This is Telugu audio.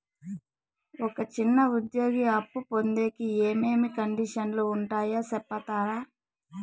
ఒక చిన్న ఉద్యోగి అప్పు పొందేకి ఏమేమి కండిషన్లు ఉంటాయో సెప్తారా?